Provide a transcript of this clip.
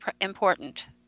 important